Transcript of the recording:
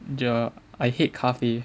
ya I hate 咖啡